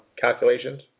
calculations